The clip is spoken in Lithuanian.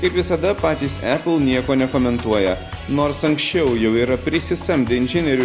kaip visada patys apple nieko nekomentuoja nors anksčiau jau yra prisisamdę inžinierių